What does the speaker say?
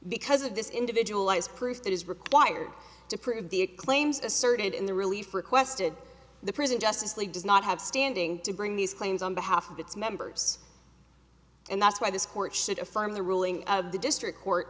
because of this individual is proof that is required to prove the claims asserted in the relief requested the prison justice league does not have standing to bring these claims on behalf of its members and that's why this court should affirm the ruling of the district court